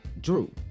Drew